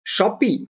Shopee